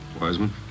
Wiseman